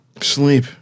Sleep